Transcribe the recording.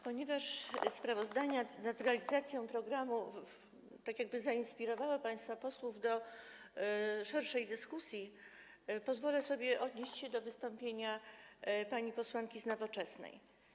Ponieważ sprawozdania z realizacji programu zainspirowały państwa posłów do szerszej dyskusji, pozwolę sobie odnieść się do wystąpienia pani posłanki z Nowoczesnej.